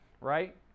right